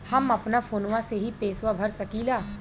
हम अपना फोनवा से ही पेसवा भर सकी ला?